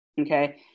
okay